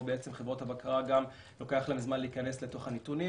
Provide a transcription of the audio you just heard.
או שלחברות הבקרה לוקח זמן להיכנס לתוך הנתונים.